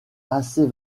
assez